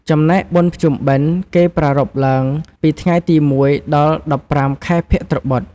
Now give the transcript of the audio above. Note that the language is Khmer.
ចំណែកបុណ្យភ្ជុំបិណ្ឌ គេប្រារព្ធឡើងពីថ្ងៃទី ១ ដល់ ១៥ខែភទ្របទ ។